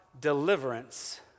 deliverance